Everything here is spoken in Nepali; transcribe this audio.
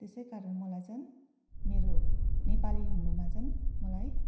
त्यसै कारण मलाई चाहिँ मेरो नेपाली हुनुमा चाहिँ मलाई